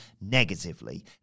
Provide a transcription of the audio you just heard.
negatively